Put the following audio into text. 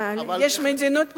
אבל יש מדינות מפותחות,